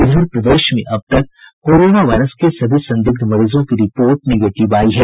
इधर प्रदेश में अब तक कोरोना वायरस के सभी संदिग्ध मरीजों की रिपोर्ट निगेटिव आयी है